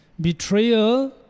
Betrayal